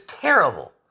terrible